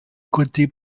côté